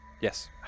Yes